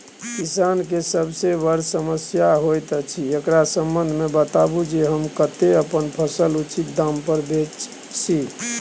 किसान के सबसे बर समस्या होयत अछि, एकरा संबंध मे बताबू जे हम कत्ते अपन फसल उचित दाम पर बेच सी?